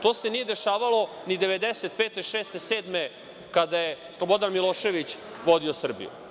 To se nije dešavalo ni 1995, 1996, 1997. godine, kada je Slobodan Milošević vodio Srbiju.